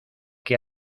que